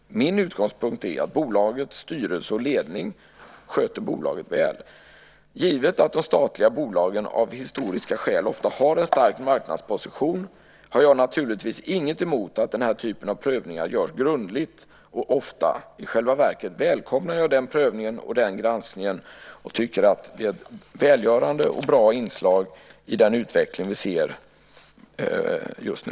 Min utgångspunkt är att bolagets styrelse och ledning sköter bolaget väl. Givet att de statliga bolagen, av historiska skäl, ofta har en stark marknadsposition har jag naturligtvis inget emot att den här typen av prövningar görs grundligt och ofta. I själva verket välkomnar jag den prövningen och den granskningen och tycker att det är ett välgörande och bra inslag i den utveckling vi ser just nu.